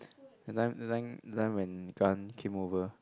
that time that time that time when Gan came over